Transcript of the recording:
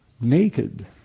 naked